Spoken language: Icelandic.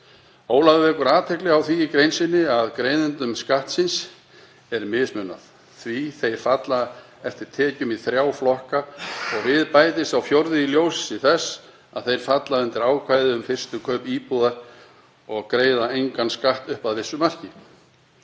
Ólafur vekur athygli á því í grein sinni að greiðendum skattsins er mismunað því þeir falla eftir tekjum í þrjá flokka og við bætist sá fjórði í ljósi þess að þeir falla undir ákvæðið um fyrstu kaup íbúða og greiða engan skatt upp að vissu marki.